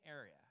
area